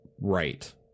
right